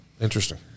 Interesting